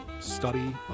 study